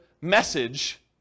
message